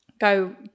go